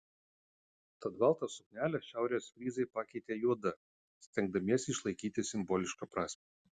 tad baltą suknelę šiaurės fryzai pakeitė juoda stengdamiesi išlaikyti simbolišką prasmę